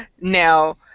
now